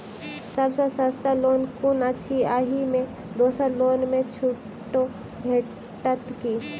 सब सँ सस्ता लोन कुन अछि अहि मे दोसर लोन सँ छुटो भेटत की?